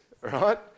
Right